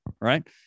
right